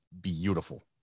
beautiful